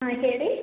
ಹಾಂ ಹೇಳಿ